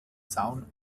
zaun